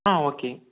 ஆ okay